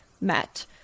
met